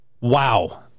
Wow